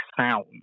sound